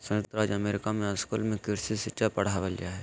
संयुक्त राज्य अमेरिका के स्कूल में कृषि शिक्षा पढ़ावल जा हइ